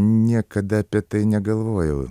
niekada apie tai negalvojau